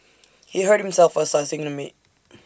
he hurt himself while slicing the meat